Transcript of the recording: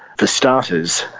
for starters,